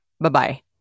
bye-bye